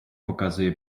показує